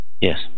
Yes